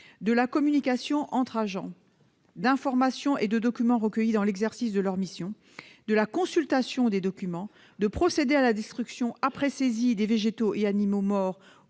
de la communication entre agents d'informations et de documents recueillis dans l'exercice de leurs missions, de la consultation de documents, de la destruction après saisie des végétaux et animaux morts